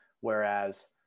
Whereas